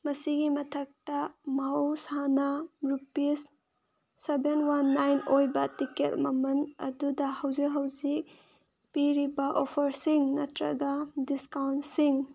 ꯃꯁꯤꯒꯤ ꯃꯊꯛꯇ ꯃꯍꯧꯁꯥꯅ ꯔꯨꯄꯤꯁ ꯁꯕꯦꯟ ꯋꯥꯟ ꯅꯥꯏꯟ ꯑꯣꯏꯕ ꯇꯤꯀꯦꯠ ꯃꯃꯜ ꯑꯗꯨꯗ ꯍꯧꯖꯤꯛ ꯍꯧꯖꯤꯛ ꯄꯤꯔꯤꯕ ꯑꯣꯐꯔꯁꯤꯡ ꯅꯠꯇ꯭ꯔꯒ ꯗꯤꯁꯀꯥꯎꯟꯁꯤꯡ